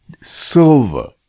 silver